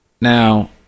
now